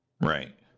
Right